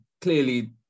clearly